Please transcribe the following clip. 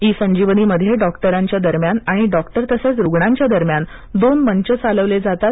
E संजीवनीमध्ये डॉक्टरांच्या दरम्यान आणि डॉक्टर तसंच रुग्णाच्या दरम्यान दोन मंच चालवले जातात